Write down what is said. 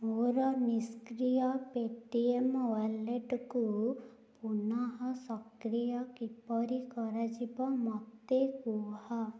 ମୋ'ର ନିଷ୍କ୍ରିୟ ପେ'ଟିଏମ୍ ୱାଲେଟକୁ ପୁନଃସକ୍ରିୟ କିପରି କରାଯିବ ମୋତେ କୁହ